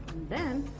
then